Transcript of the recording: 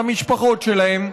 למשפחות שלהם,